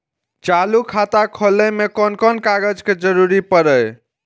चालु खाता खोलय में कोन कोन कागज के जरूरी परैय?